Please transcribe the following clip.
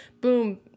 boom